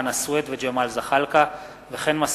מאת